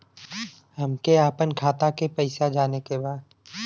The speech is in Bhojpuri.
हमके आपन खाता के पैसा जाने के बा